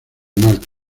malta